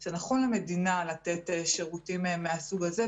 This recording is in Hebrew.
זה נכון למדינה לתת שירותים מהסוג הזה.